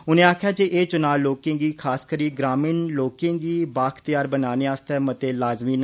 उनें आकखेआ जे एह् चुनां लोकें गी खासकरी ग्रामीण लोकें गी बाअख्तेयार बनाने आस्तै मते लाज़मी न